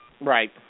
Right